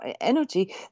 energy